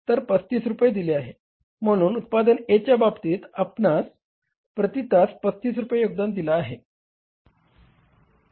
तर ते 35 रुपये दिले आहे म्हणून उत्पादन A च्या बाबतीत आपणास प्रती तास 35 रुपये योगदान दिला आहे